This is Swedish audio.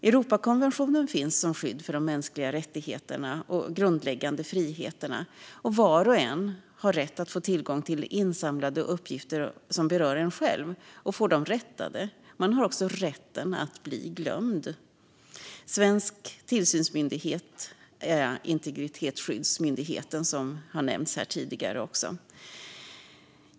Europakonventionen finns som skydd för mänskliga rättigheter och grundläggande friheter, och var och en har rätt att få tillgång till insamlade uppgifter som berör en själv och få dem rättade. Man har också rätten att bli glömd. Svensk tillsynsmyndighet är Integritetsskyddsmyndigheten, som har nämnts här tidigare också.